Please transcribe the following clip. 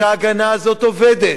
שההגנה הזאת עובדת,